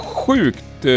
sjukt